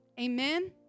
Amen